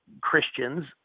Christians